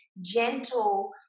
gentle